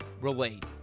relate